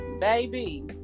baby